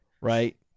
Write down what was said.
right